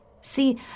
See